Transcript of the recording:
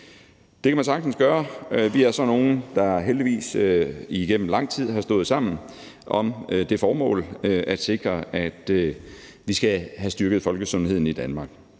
Det kan man sagtens gøre. Vi er sådan nogle, der heldigvis gennem lang tid har stået sammen om det formål at sikre, at vi skal have styrket folkesundheden i Danmark.